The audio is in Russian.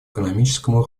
экономическому